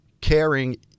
caring